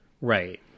Right